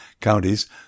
counties